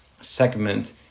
segment